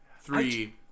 three